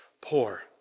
poor